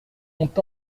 ont